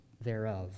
thereof